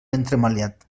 entremaliat